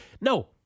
no